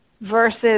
versus